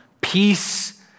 peace